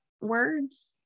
Words